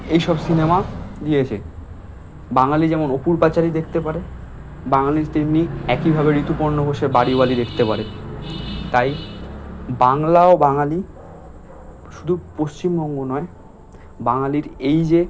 এইসব সিনেমা দিয়েছে বাঙালি যেমন অপুর পাঁচালী দেখতে পারে বাঙালি তেমনি একইভাবে ঋতুপর্ণ ঘোষের বাড়িওয়ালি দেখতে পারে তাই বাংলা ও বাঙালি শুধু পশ্চিমবঙ্গ নয় বাঙালির এই যে